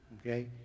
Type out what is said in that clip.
okay